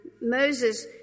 Moses